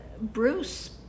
Bruce